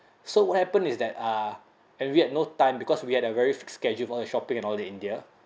so what happen is that uh and we had no time because we had a very fixed schedule for the shopping and all in india